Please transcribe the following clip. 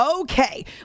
Okay